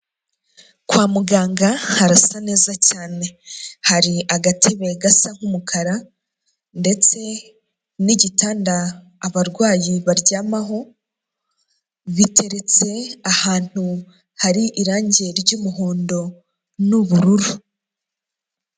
Kwa muganga harasa neza cyane hari agatibe gasa nk'umukara ndetse n'igitanda abarwayi baryamaho biteretse ahantu hari irangi ry'umuhondo n'ubururu.